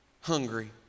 hungry